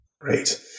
Great